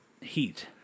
heat